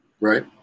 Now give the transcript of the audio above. Right